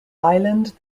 island